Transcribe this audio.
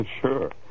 Sure